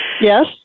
Yes